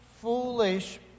foolish